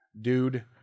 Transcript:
Dude